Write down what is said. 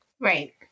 Right